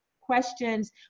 questions